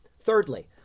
Thirdly